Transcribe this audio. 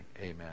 Amen